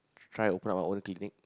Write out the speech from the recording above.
try open my own clinic